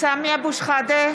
סמי אבו שחאדה,